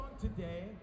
today